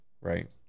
right